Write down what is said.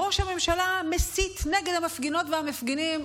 ראש הממשלה מסית נגד המפגינות והמפגינים,